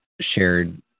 shared